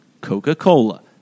Coca-Cola